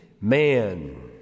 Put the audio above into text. man